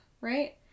right